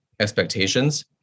expectations